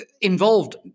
involved